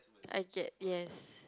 I get yes